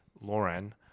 Lauren